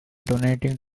donating